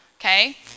okay